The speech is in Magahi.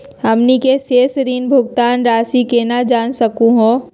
हमनी के शेष ऋण भुगतान रासी केना जान सकू हो?